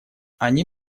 они